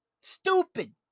Stupid